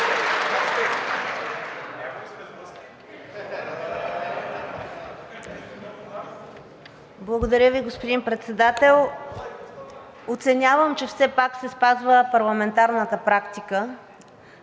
Благодаря Ви, господин Председател. Оценявам, че все пак се спазва парламентарната практика